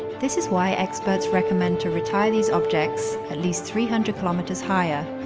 this is why experts recommend to retire these objects at least three hundred kilometers higher,